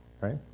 right